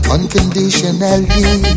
Unconditionally